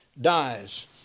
dies